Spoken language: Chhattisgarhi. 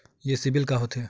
ये सीबिल का होथे?